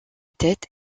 tête